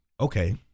okay